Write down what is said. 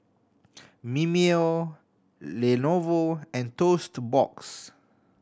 Mimeo Lenovo and Toast Box